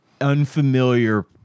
unfamiliar